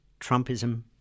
Trumpism